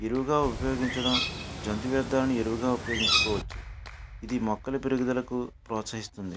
ఎరువుగా ఉపయోగించడం జంతు వ్యర్ధాలను ఎరువుగా ఉపయోగించుకోవచ్చు ఇది మొక్కల పెరుగుదలను ప్రోత్సహిస్తుంది